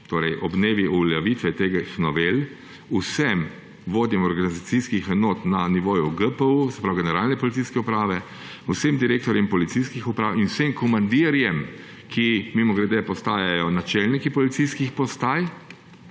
torej ob dnevu uveljavitve teh novel, vsem vodjam organizacijskih enot na nivoju GPU, se pravi Generalne policijske uprave, vsem direktorjem policijskih uprav in vsem komandirjem, ki, mimogrede, postajajo načelniki policijskih postaj,